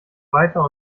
weiter